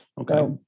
Okay